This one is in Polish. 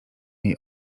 jej